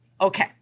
Okay